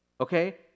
okay